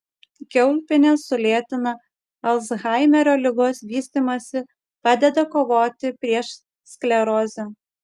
kiaulpienės sulėtina alzhaimerio ligos vystymąsi padeda kovoti prieš sklerozę